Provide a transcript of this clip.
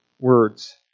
words